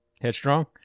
Headstrong